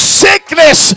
sickness